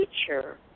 teacher